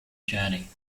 journey